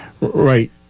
Right